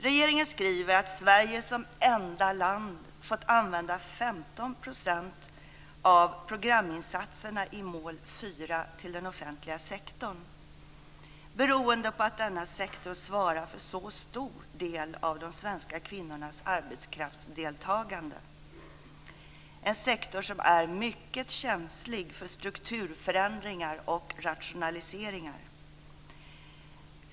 Regeringen skriver att Sverige som enda land fått använda 15 % av programinsatserna i mål 4 till den offentliga sektorn, beroende på att denna sektor svarar för så stor del av de svenska kvinnornas arbetskraftsdeltagande - en sektor som är mycket känslig för strukturförändringar och rationaliseringar.